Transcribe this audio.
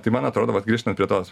tai man atrodo vat grįžtant prie tos